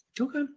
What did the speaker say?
Okay